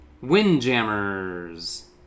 Windjammers